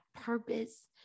purpose